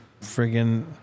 friggin